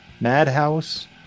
Madhouse